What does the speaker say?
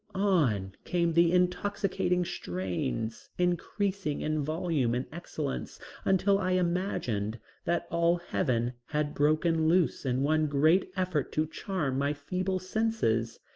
on, came the intoxicating strains, increasing in volume and excellence until i imagined that all heaven had broken loose in one great effort to charm my feeble senses,